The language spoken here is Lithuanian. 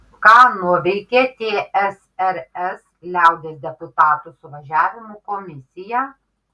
ką nuveikė tsrs liaudies deputatų suvažiavimo komisija